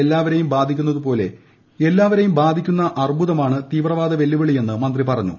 എല്ലാവരെയും ബാധിക്കുന്നപോലെ എല്ലാവരെയും ബാധിക്കുന്ന അർബുദമാണ് തീവ്രവാദ വെല്ലുവിളിയെന്ന് മന്ത്രി പറഞ്ഞു